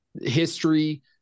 history